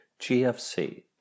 GFC